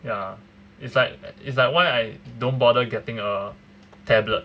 ya it's like it's like why I don't bother getting a tablet